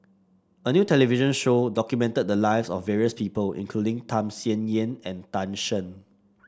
a new television show documented the lives of various people including Tham Sien Yen and Tan Shen